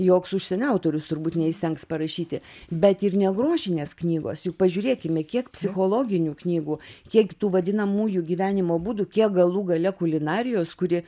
joks užsienio autorius turbūt neįstengs parašyti bet ir negrožinės knygos juk pažiūrėkime kiek psichologinių knygų kiek tų vadinamųjų gyvenimo būdų kiek galų gale kulinarijos kuri